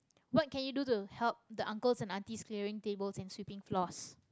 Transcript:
what can you do to help the uncles and aunties clearing tables and sweeping floors